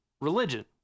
religion